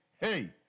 hey